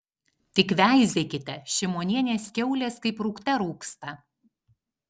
tik veizėkite šimonienės kiaulės kaip rūgte rūgsta